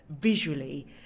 visually